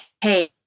hey